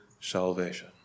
salvation